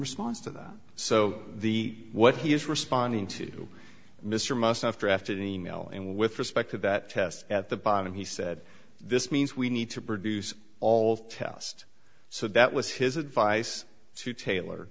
response to that so the what he is responding to mr must have drafted e mail and with respect to that test at the bottom he said this means we need to produce all test so that was his advice to tailor